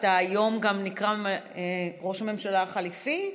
היום אתה נקרא גם ראש הממשלה החליפי,